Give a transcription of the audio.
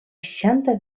seixanta